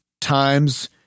times